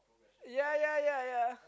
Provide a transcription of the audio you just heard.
ya ya ya ya